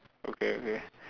okay okay